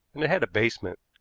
and it had a basement.